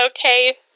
Okay